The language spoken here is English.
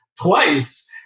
twice